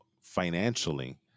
financially